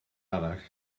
arall